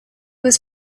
was